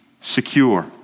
secure